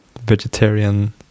Vegetarian